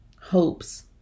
hopes